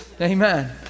Amen